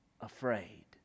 afraid